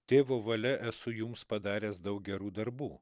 tėvo valia esu jums padaręs daug gerų darbų